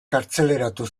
kartzelaratu